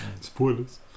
Spoilers